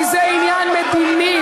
כי זה עניין מדיני.